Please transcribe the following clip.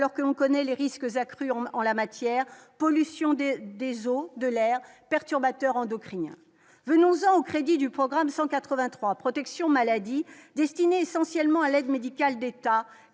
alors que l'on connaît les risques accrus en en la matière, pollution des des eaux de l'air perturbateurs endocriniens, venons-en au crédit du programme 183 protection maladie destiné essentiellement à l'aide médicale d'État,